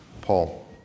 Paul